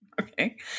Okay